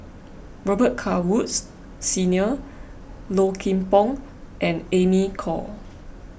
Robet Carr Woods Senior Low Kim Pong and Amy Khor